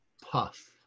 puff